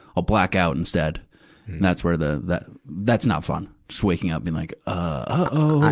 i'll black out instead. and that's where the, that, that's not fun. just waking up and like, ah,